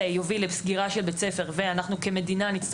כמדינה נצטרך להעניק פתרונות חלופיים,